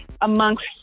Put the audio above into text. amongst